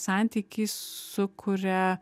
santykį sukuria